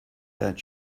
that